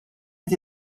qed